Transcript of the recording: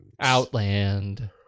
Outland